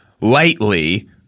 lightly